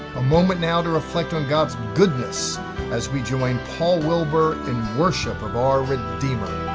a moment now to reflect on god's goodness as we join paul wilbur in worship of our redeemer.